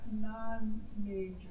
non-major